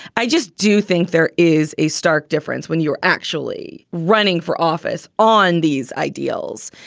i just do think there is a stark difference when you're actually running for office on these ideals,